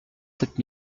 sept